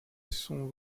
son